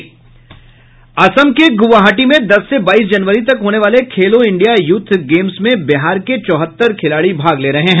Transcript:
असम के ग्रवाहाटी में दस से बाईस जनवरी तक होने वाले खेलो इंडिया य्थ गेम्स में बिहार के चौहत्तर खिलाड़ी भाग ले रहे हैं